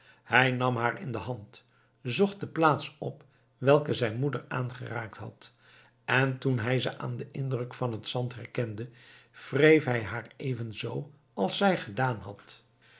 hij nam haar in de hand zocht de plaats op welke zijn moeder aangeraakt had en toen hij ze aan den indruk van het zand herkende wreef hij haar evenzoo als zij gedaan had